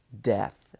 death